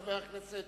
חבר הכנסת